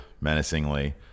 menacingly